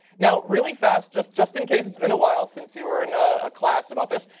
now really fast, just just in case its been awhile since you were in a class about this.